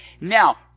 now